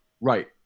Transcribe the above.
right